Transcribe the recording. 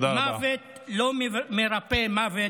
מוות לא מרפא מוות.